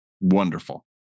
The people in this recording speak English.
wonderful